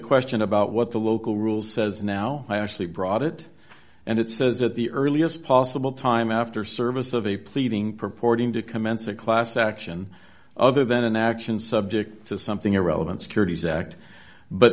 question about what the local rule says now i actually brought it and it says at the earliest possible time after service of a pleading purporting to commence a class action other than an action subject to something irrelevant securities act but